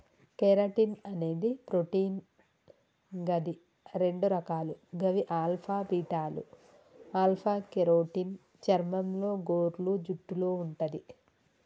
keratin అనేది protein గది రెండు రకాలు గవి ఆల్ఫా, బీటాలు ఆల్ఫ కెరోటిన్ చర్మంలో, గోర్లు, జుట్టులో వుంటది